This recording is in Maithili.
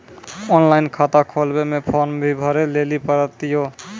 ऑनलाइन खाता खोलवे मे फोर्म भी भरे लेली पड़त यो?